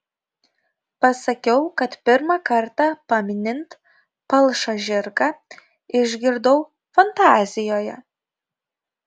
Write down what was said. pasakiau kad pirmą kartą paminint palšą žirgą išgirdau fantazijoje